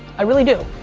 i really do.